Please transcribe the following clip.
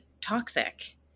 toxic